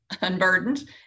unburdened